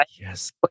Yes